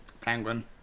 Penguin